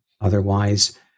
Otherwise